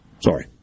Sorry